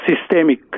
systemic